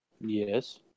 yes